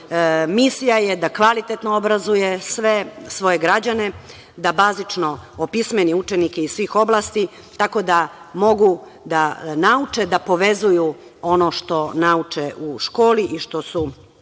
Misija je da kvalitetno obrazuje sve svoje građane, da bazično opismeni učenike iz svih oblasti tako da mogu da nauče da povezuju ono što nauče u školi i što su